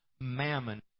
mammon